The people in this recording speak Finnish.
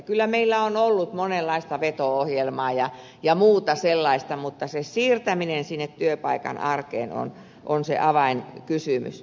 kyllä meillä on ollut monenlaista veto ohjelmaa ja muuta sellaista mutta se siirtäminen sinne työpaikan arkeen on se avainkysymys